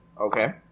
Okay